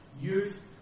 youth